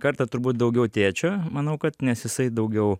kartą turbūt daugiau tėčio manau kad nes jisai daugiau